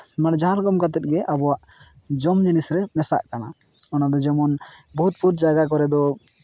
ᱢᱟᱱᱮ ᱡᱟᱦᱟᱸ ᱨᱚᱠᱚᱢ ᱠᱟᱛᱮᱫ ᱜᱮ ᱟᱵᱚᱣᱟᱜ ᱡᱚᱢ ᱡᱤᱱᱤᱥ ᱨᱮ ᱢᱮᱥᱟᱜ ᱠᱟᱱᱟ ᱚᱱᱟᱫᱚ ᱡᱮᱢᱚᱱ ᱵᱚᱦᱩᱛ ᱵᱚᱦᱩᱛ ᱡᱟᱭᱜᱟ ᱠᱚᱨᱮᱫᱚ